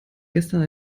gestern